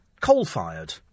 coal-fired